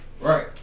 right